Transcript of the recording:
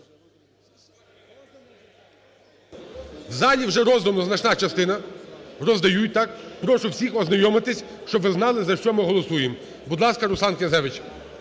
В залі вже роздана значна частина, роздають, так. Прошу всіх ознайомитись, щоб ви знали, за що ми голосуємо. Будь ласка, Руслан Князевич,